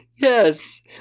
Yes